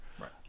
Right